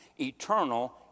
eternal